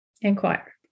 inquire